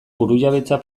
burujabetza